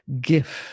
gift